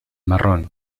marrón